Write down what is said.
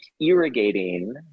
irrigating